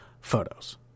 photos